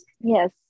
Yes